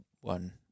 one